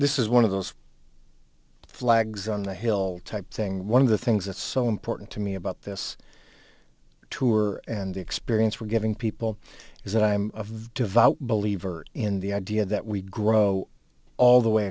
this is one of those flags on the hill type thing one of the things that's so important to me about this tour and the experience we're giving people is that i'm of devout believer in the idea that we grow all the way